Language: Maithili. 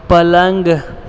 पलङ्ग